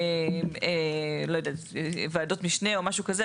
אני לא יודעת, ועדות משנה או משהו כזה.